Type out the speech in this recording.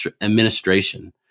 administration